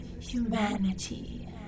humanity